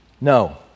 No